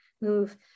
move